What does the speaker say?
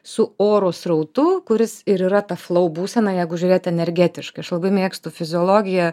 su oro srautu kuris ir yra ta flau būsena jeigu žiūrėt energetiškai aš labai mėgstu fiziologiją